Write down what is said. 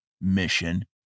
mission